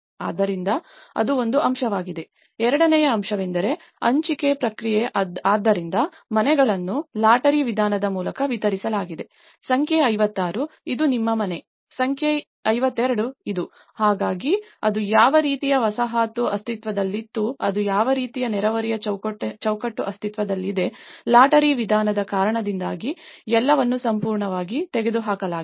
ಆದ್ದರಿಂದ ಅದು ಒಂದು ಅಂಶವಾಗಿದೆ ಎರಡನೆಯ ಅಂಶವೆಂದರೆ ಹಂಚಿಕೆ ಪ್ರಕ್ರಿಯೆ ಆದ್ದರಿಂದ ಮನೆಗಳನ್ನು ಲಾಟರಿ ವಿಧಾನದ ಮೂಲಕ ವಿತರಿಸಲಾಗುತ್ತದೆ ಸಂಖ್ಯೆ 56 ಇದು ನಿಮ್ಮ ಮನೆ ಸಂಖ್ಯೆ 52 ಇದು ಹಾಗಾಗಿ ಅದು ಯಾವ ರೀತಿಯ ವಸಾಹತು ಅಸ್ತಿತ್ವದಲ್ಲಿತ್ತು ಅದು ಯಾವ ರೀತಿಯ ನೆರೆಹೊರೆಯ ಚೌಕಟ್ಟು ಅಸ್ತಿತ್ವದಲ್ಲಿದೆ ಲಾಟರಿ ವಿಧಾನದ ಕಾರಣದಿಂದಾಗಿ ಎಲ್ಲವನ್ನೂ ಸಂಪೂರ್ಣವಾಗಿ ತೆಗೆದುಹಾಕಲಾಗಿದೆ